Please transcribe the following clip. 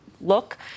look